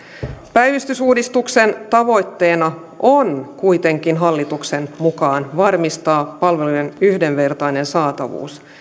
päivystysuudistuksen tavoitteena on kuitenkin hallituksen mukaan varmistaa palvelujen yhdenvertainen saatavuus